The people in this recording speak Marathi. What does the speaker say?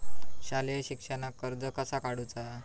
शालेय शिक्षणाक कर्ज कसा काढूचा?